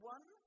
One